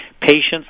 patients